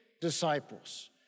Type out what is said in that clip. disciples